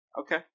Okay